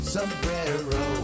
Sombrero